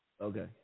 Okay